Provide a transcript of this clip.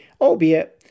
albeit